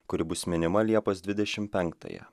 kuri bus minima liepos dvidešimt penktąją